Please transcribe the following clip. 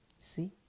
See